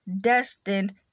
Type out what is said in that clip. destined